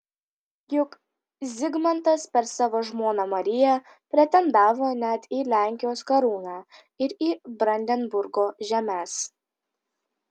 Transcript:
juk zigmantas per savo žmoną mariją pretendavo net į lenkijos karūną ir į brandenburgo žemes